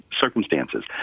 circumstances